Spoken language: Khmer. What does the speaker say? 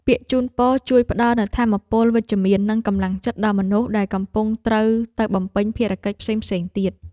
ពាក្យជូនពរជួយផ្ដល់នូវថាមពលវិជ្ជមាននិងកម្លាំងចិត្តដល់មនុស្សដែលកំពុងត្រូវទៅបំពេញភារកិច្ចផ្សេងៗទៀត។